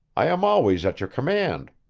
i am always at your command.